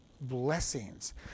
blessings